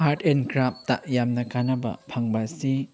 art and craft ꯌꯥꯝꯅ ꯀꯥꯟꯅꯕ ꯐꯪꯕ ꯑꯁꯤ